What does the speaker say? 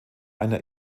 einer